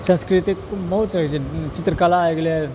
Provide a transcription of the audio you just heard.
सांस्कृतिक बहुत होइत छै चित्रकला होए गेलै